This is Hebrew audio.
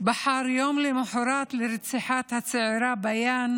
בחר יום למוחרת רציחת הצעירה ביאן